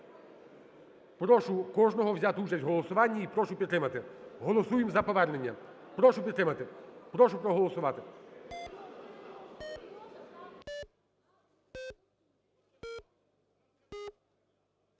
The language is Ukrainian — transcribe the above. Прошу кожного взяти участь в голосуванні і прошу підтримати. Голосуємо за повернення. Прошу підтримати. Прошу проголосувати.